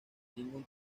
ningún